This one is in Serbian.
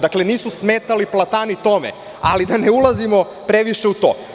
Dakle, nisu smetali platani tome ali da ne ulazimo previše u to.